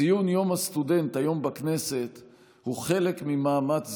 ציון יום הסטודנט היום בכנסת הוא חלק ממאמץ זה,